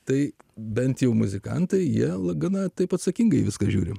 tai bent jau muzikantai jie lagūna taip atsakingai viską žiūriu